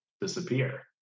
disappear